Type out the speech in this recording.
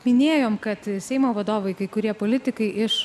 minėjom kad seimo vadovai kai kurie politikai iš